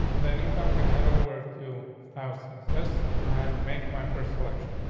then if i'm gonna head over to styles, insists and make my first election.